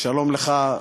שלום לך,